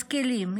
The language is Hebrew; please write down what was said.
משכילים,